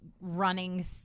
running